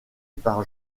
par